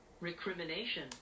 Recrimination